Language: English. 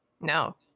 No